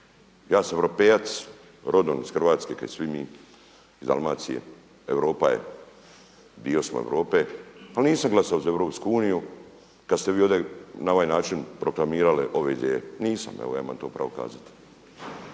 Ja sam europejac, rodom iz Hrvatske kao i svi mi, iz Dalmacije, Europa je, dio smo Europe ali nisam glasao za Europsku uniju kada ste vi ovdje na ovaj način proklamirali ove ideje. Nisam, evo ja imam to pravo kazati.